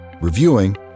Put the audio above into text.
reviewing